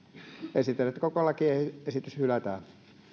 esitän että koko lakiesitys hylätään